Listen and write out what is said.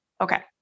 Okay